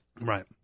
right